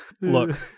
look